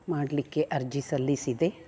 ಮಾಡಲ್ಲಿಕ್ಕೆ ಅರ್ಜಿ ಸಲ್ಲಿಸಿದೆ